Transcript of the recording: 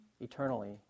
eternally